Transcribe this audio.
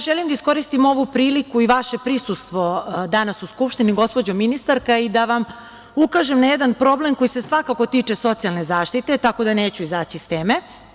Želim da iskoristim ovu priliku i vaše prisustvo danas u Skupštini, gospođo ministarka, i da vam ukažem na jedan problem koji se svakako tiče socijalne zaštite, tako da neću izaći iz teme.